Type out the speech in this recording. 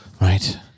Right